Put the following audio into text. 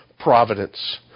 Providence